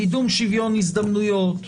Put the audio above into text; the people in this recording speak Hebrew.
קידום שוויון הזדמנויות,